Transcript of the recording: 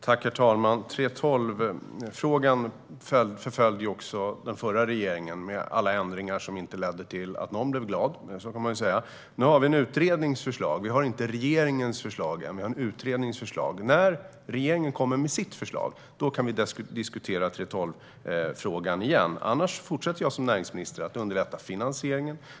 Herr talman! 3:12-frågan förföljde också den förra regeringen med alla ändringar som inte ledde till att någon blev glad. Nu har vi ett förslag från en utredning. Det är inte regeringens förslag utan en utrednings förslag. När regeringen kommer med sitt förslag kan vi diskutera 3:12-frågan igen. Annars fortsätter jag som näringsminister att underlätta finansieringen.